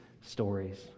stories